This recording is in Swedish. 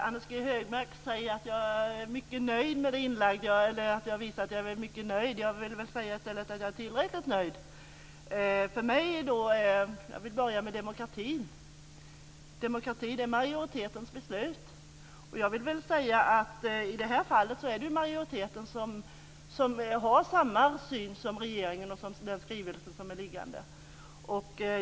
Herr talman! Anders G Högmark säger att jag visar att jag är mycket nöjd. Men jag vill i stället säga att jag är tillräckligt nöjd. Jag vill börja med demokrati. Demokrati är majoritetens beslut. Jag vill säga att i det här fallet har majoriteten samma syn som regeringen i den skrivelse som nu ligger.